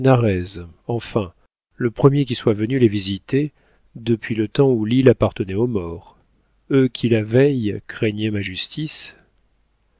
enfin le premier qui soit venu les visiter depuis le temps où l'île appartenait aux maures eux qui la veille craignaient ma justice